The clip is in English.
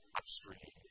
upstream